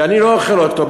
ואני לא אוכל אותו,